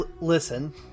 Listen